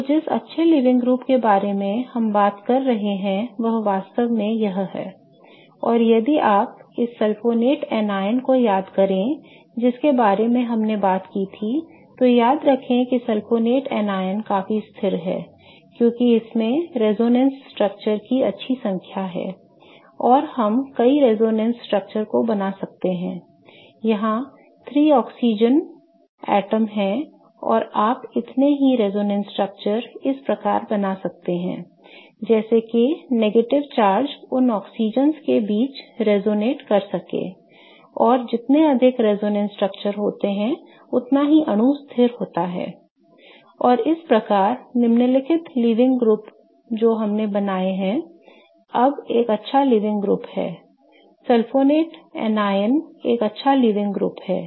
तो जिस अच्छे लीविंग ग्रुप के बारे में हम बात कर रहे हैं वह वास्तव में यह है और यदि आप इस सल्फोनेट एनायन को याद करें जिसके बारे में हमने बात की थी तो याद रखें कि सल्फोनेट एनायन काफी स्थिर है क्योंकि इसमें रेजोनेंस स्ट्रक्चर की अच्छी संख्या है और हम कई रेजोनेंस स्ट्रक्चर को बना सकते हैं यहां 3 ऑक्सीजन परमाणु हैं और आप इतने ही रेजोनेंस स्ट्रक्चर इस प्रकार बना सकते हैं जैसे कि नकारात्मक चार्ज उन ऑक्सीजेंस oxygen's के बीच रिजोनेट कर सके और जितने अधिक रेजोनेंस स्ट्रक्चर होते हैं उतना ही अणु स्थिर होता है I और इस प्रकार निम्नलिखित लीविंग ग्रुप जो हमने बनाया है अब एक अच्छा लीविंग ग्रुप है सल्फोनेट आयन एक अच्छा लीविंग ग्रुप है